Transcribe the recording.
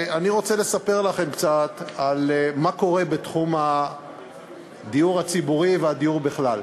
אני רוצה לספר לכם קצת על מה קורה בתחום הדיור הציבורי והדיור בכלל,